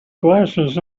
glasses